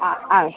हा अस्तु